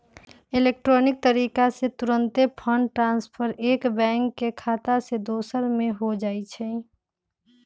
electronic तरीका से तूरंते फंड ट्रांसफर एक बैंक के खता से दोसर में हो जाइ छइ